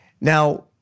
Now